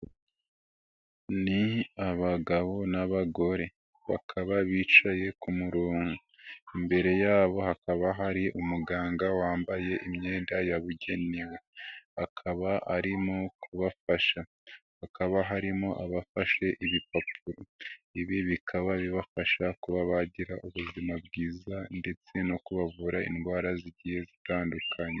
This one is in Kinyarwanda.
Ni abagabo n'abagore bakaba bicaye ku murongo, imbere yabo hakaba hari umuganga wambaye imyenda yabugenewe. Akaba arimo kubafasha, hakaba harimo abafashe ibipapuro. Ibi bikaba bibafasha kuba bagira ubuzima bwiza ndetse no kubavura indwara zigiye zitandukanye.